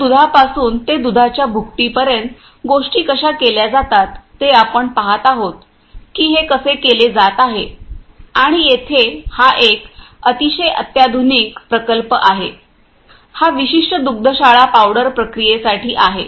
तर दुधापासून ते दुधाच्या भुकटीपर्यंत गोष्टी कशा केल्या जातात हे आपण पाहत आहोत की हे कसे केले जात आहे आणि येथे हा एक अतिशय अत्याधुनिक प्रकल्प आहे हा विशिष्ट दुग्धशाळा पावडर प्रक्रियेसाठी आहे